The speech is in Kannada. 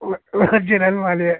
ಒ ಒರ್ಜಿನಲ್ ಮಾಲೇ